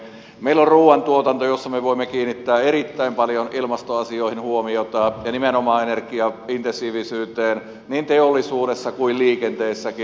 meillä on ruuantuotanto jossa me voimme kiinnittää erittäin paljon ilmastoasioihin huomiota ja nimenomaan energiaintensiivisyyteen niin teollisuudessa kuin liikenteessäkin